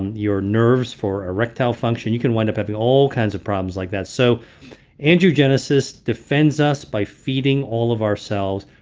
your nerves for erectile function. you can wind up having all kinds of problems like that. so angiogenesis defends us by feeding all of our cells.